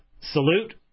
salute